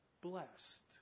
blessed